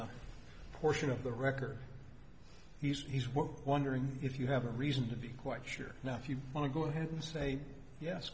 a portion of the record he's we're wondering if you have a reason to be quite sure now if you want to go ahead and say yes